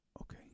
Okay